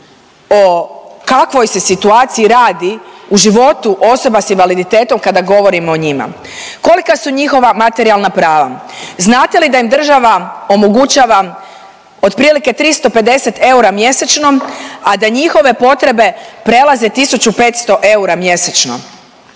o kakvoj se situaciji radi u životu osoba s invaliditetom kada govorimo o njima. Kolika su njihova materijalna prava? Znate li da im država omogućava otprilike 350 eura mjesečno, a da njihove potrebe prelaze 1500 eura mjesečno?